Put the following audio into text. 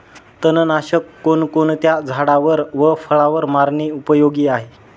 तणनाशक कोणकोणत्या झाडावर व फळावर मारणे उपयोगी आहे?